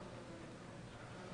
ברור.